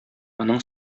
моның